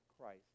Christ